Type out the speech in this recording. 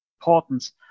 importance